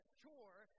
chore